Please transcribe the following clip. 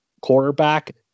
quarterback